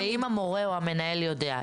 אם המורה או המנהל יודע,